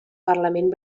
parlament